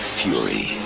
fury